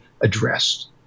addressed